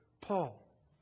Paul